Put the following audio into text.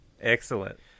Excellent